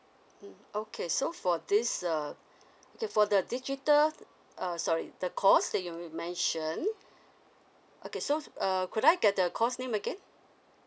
mm okay so for this err okay for the digital err sorry the course that you mentioned okay so err could I get the course name again